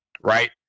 Right